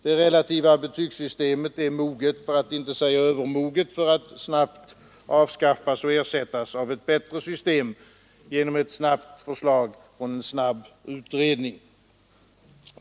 Det relativa betygssystemet är moget — för att inte säga övermoget — att snabbt avskaffas och ersättas av ett bättre system genom ett snabbt förslag från en snabb utredning.